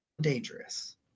dangerous